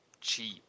cheap